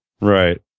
Right